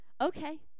Okay